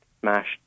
smashed